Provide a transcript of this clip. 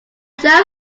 jove